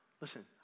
Listen